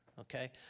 okay